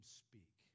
speak